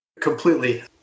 Completely